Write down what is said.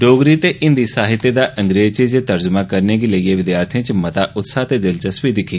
डोगरी ते हिंदी साहित्य दा अंग्रेजी च तर्जुमा करने गी लेइयै विद्यार्थिएं मता उत्साह् ते दिलचस्पी दस्सी